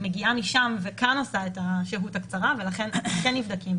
מגיעה משם וכאן עושה את השהות הקצרה ולכן הם נבדקים,